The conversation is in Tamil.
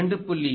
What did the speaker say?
இது 2